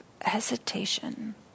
hesitation